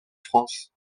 france